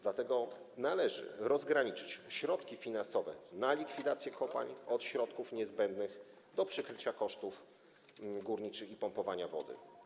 Dlatego należy rozgraniczyć środki finansowe na likwidację kopalń od środków niezbędnych do pokrycia kosztów szkód górniczych i pompowania wody.